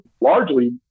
largely